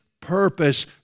purpose